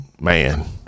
man